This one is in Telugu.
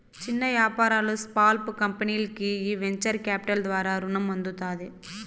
చిన్న యాపారాలు, స్పాల్ కంపెనీల్కి ఈ వెంచర్ కాపిటల్ ద్వారా రునం అందుతాది